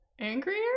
Angrier